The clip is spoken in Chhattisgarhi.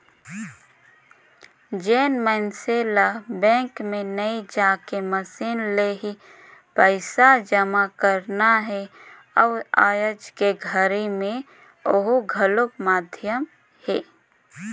जेन मइनसे ल बैंक मे नइ जायके मसीन ले ही पइसा जमा करना हे अउ आयज के घरी मे ओहू घलो माधियम हे